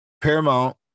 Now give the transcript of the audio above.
Paramount